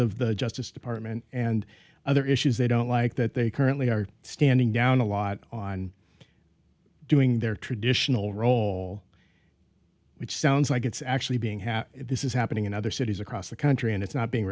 of the justice department and other issues they don't like that they currently are standing down a lot on doing their traditional role which sounds like it's actually being how this is happening in other cities across the country and it's not being